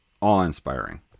awe-inspiring